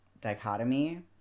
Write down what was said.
dichotomy